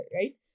Right